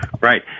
Right